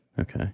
Okay